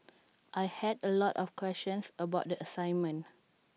I had A lot of questions about the assignment